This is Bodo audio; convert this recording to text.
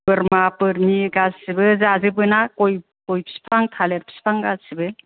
बोरमा बोरमि गासिबो जाजोबोना गइ गइ फिफां थालेर फिफां गासिबो